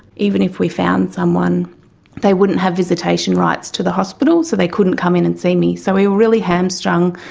even if we found someone they wouldn't have visitation rights to the hospital, so they couldn't come in and see me. so we were really hamstrung.